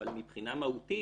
אבל מבחינה מהותית,